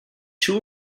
too